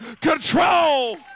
control